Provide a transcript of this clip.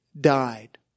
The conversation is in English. died